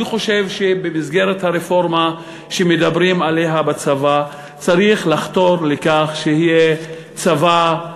אני חושב שבמסגרת הרפורמה שמדברים עליה בצבא צריך לחתור לכך שיהיה צבא,